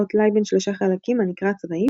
או טלאי בן שלושה חלקים הנקרא צבעים,